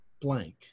blank